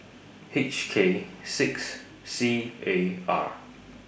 H K six C A R